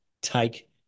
take